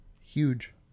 Huge